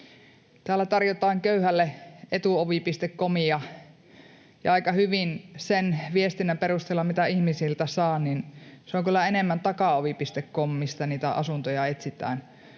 Täällä tarjotaan köyhälle Etuovi.comia, ja aika hyvin sen viestinnän perusteella, mitä ihmisiltä saa, se on kyllä enemmän takaovi.com, mistä niitä asuntoja etsitään,